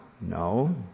No